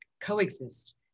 coexist